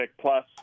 plus